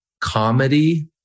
comedy